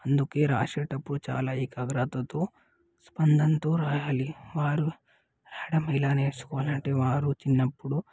అందుకు రాసేటప్పుడు చాలా ఏకాగ్రతతో స్పందనతో రాయాలి వారు రాయడం ఇలా నేర్చుకొని ఉంటే వారు చిన్నప్పుడు